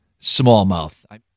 smallmouth